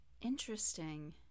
Interesting